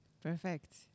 Perfect